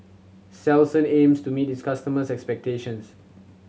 Selsun aims to meet its customers' expectations